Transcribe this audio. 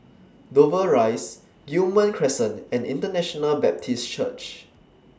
Dover Rise Guillemard Crescent and International Baptist Church